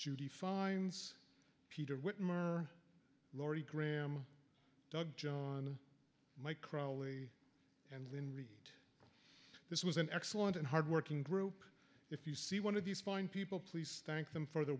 judy finds peter whitmer laurie graham doug john mike crawley and then read this was an excellent and hardworking group if you see one of these fine people please thank them for the